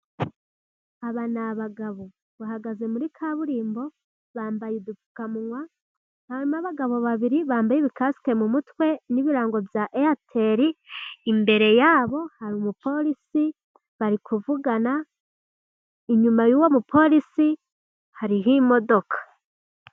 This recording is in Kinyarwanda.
Aba ni abagabo, bahagaze muri kaburimbo, bambaye udupfukawa, harimo abagabo babiri bambaye ibikasite mu mutwe ,n'ibirango bya eyateli, imbere yabo hari umupolisi bari kuvugana, inyuma y'uwo mupolisi hariho imodoka.